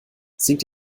singt